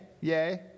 yay